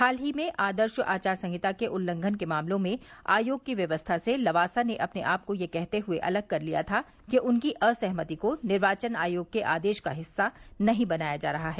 हाल ही में आदर्श आचार संहिता के उल्लंघन के मामलों में आयोग की व्यवस्था से लवासा ने अपने आपको यह कहते हुए अलग कर लिया था कि उनकी असहमति को निर्वाचन आयोग के आदेश का हिस्सा नहीं बनाया जा रहा है